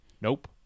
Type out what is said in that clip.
Nope